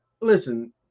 Listen